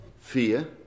fear